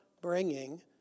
bringing